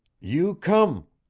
you come,